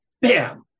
Bam